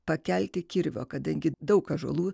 pakelti kirvio kadangi daug ąžuolų